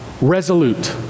resolute